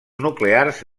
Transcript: nuclears